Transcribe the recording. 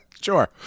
Sure